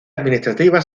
administrativa